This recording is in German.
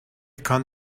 kann